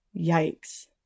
Yikes